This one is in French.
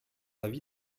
avis